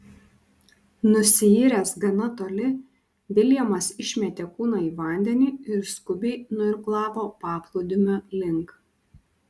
nusiyręs gana toli viljamas išmetė kūną į vandenį ir skubiai nuirklavo paplūdimio link